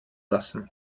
lassen